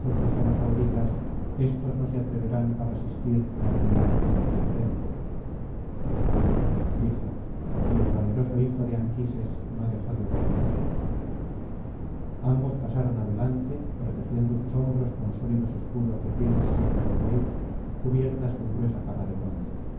á los aurigas éstos no se atreverán á resistir ni á pelear frente á frente dijo y el valeroso hijo de anquises no dejó de obedecerle ambos pasaron adelante protegiendo sus hombros con sólidos escudos de pieles secas de buey cubiertas con gruesa capa de bronce